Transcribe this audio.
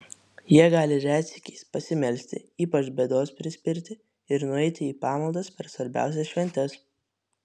jie gali retsykiais pasimelsti ypač bėdos prispirti ir nueiti į pamaldas per svarbiausias šventes